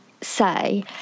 say